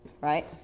right